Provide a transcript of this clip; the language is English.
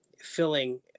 filling